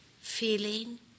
feeling